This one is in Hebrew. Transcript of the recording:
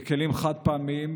בכלים חד-פעמיים,